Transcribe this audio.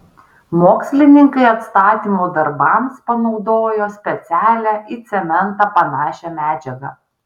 mokslininkai atstatymo darbams panaudojo specialią į cementą panašią medžiagą